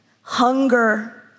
hunger